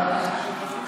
הורדת לאפס,